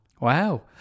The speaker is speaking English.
Wow